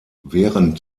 während